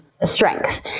strength